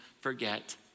forget